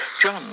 John